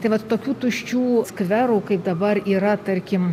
tai vat tokių tuščių skverų kaip dabar yra tarkim